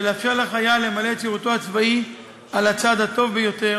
לאפשר לחייל למלא את שירותו הצבאי על הצד הטוב ביותר